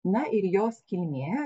na ir jos kilmė